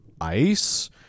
ice